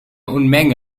unmenge